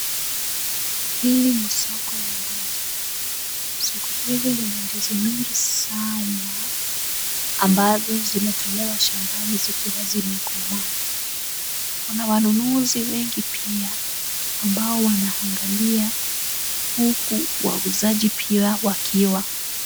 Hili ni soko la ndizi. Soko hili lina ndizi mingi sana ambazo zimetolewa shambani zikiwa zimekomaa. Kuna wanunuzi wengi pia ambao wanaangalia, huku wauzaji pia wakiwa.